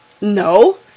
no